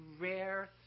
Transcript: rare